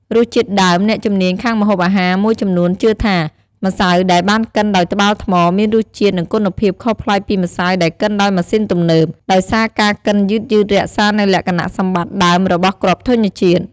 រសជាតិដើម អ្នកជំនាញខាងម្ហូបអាហារមួយចំនួនជឿថា ម្សៅដែលបានកិនដោយត្បាល់ថ្ម មានរសជាតិ និងគុណភាពខុសប្លែកពីម្សៅដែលកិនដោយម៉ាស៊ីនទំនើប ដោយសារការកិនយឺតៗរក្សានូវលក្ខណៈសម្បត្តិដើមរបស់គ្រាប់ធញ្ញជាតិ។